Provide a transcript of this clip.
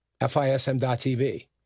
fism.tv